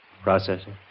Processing